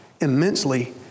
immensely